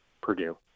Purdue